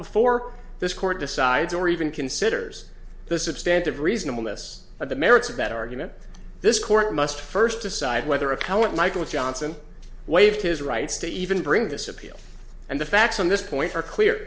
efore this court decides or even considers the substandard reasonable miss of the merits of that argument this court must first decide whether account michael johnson waived his rights to even bring this appeal and the facts on this point are clear